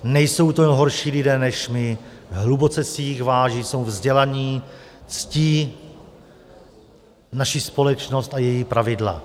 Nejsou to horší lidé než my, hluboce si jich vážím, jsou vzdělaní, ctí naši společnost a její pravidla.